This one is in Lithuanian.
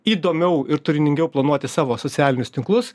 įdomiau ir turiningiau planuoti savo socialinius tinklus